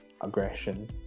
aggression